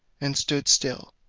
and stood still,